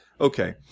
Okay